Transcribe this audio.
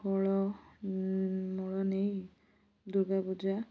ଫଳ ମୂଳ ନେଇ ଦୁର୍ଗା ପୂଜା